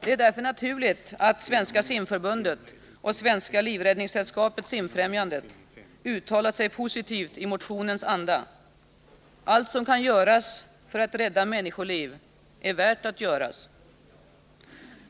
Det är därför naturligt att Svenska simförbundet och Svenska livräddningssällskapet-Simfrämjandet uttalat sig positivt i motionens anda. Allt som kan göras för att rädda människoliv är värt att göras.